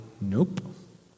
Nope